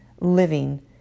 living